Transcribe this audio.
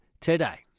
today